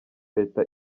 leta